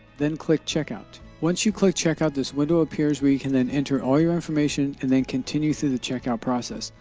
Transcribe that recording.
then, click checkout. once you click checkout, this window appears where you can, then, enter all your information and then, continue through the checkout process.